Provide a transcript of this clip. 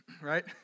right